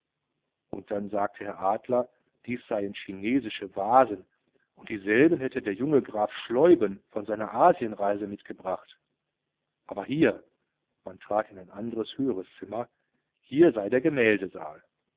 und dann sagte herr adler dies seien chinesische vasen und dieselben hätte der junge graf schleuben von seiner asienreise mitgebracht aber hier man trat in ein anderes höheres zimmer hier sei der